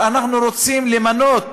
אנחנו רוצים למנות